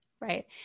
Right